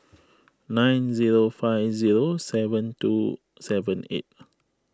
nine zero five zero seven two seven eight